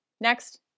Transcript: Next